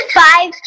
five